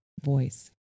voice